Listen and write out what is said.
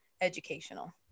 educational